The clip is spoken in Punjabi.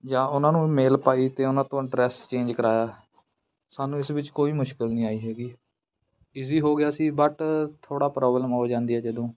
ਜਾਂ ਉਹਨਾਂ ਨੂੰ ਮੇਲ ਪਾਈ ਅਤੇ ਉਹਨਾਂ ਤੋਂ ਐਡਰੈੱਸ ਚੇਂਜ ਕਰਾਇਆ ਸਾਨੂੰ ਇਸ ਵਿੱਚ ਕੋਈ ਮੁਸ਼ਕਿਲ ਨਹੀਂ ਆਈ ਹੈਗੀ ਈਜ਼ੀ ਹੋ ਗਿਆ ਸੀ ਬਟ ਥੋੜ੍ਹਾ ਪ੍ਰੋਬਲਮ ਹੋ ਜਾਂਦੀ ਹੈ ਜਦੋਂ